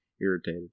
irritated